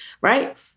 Right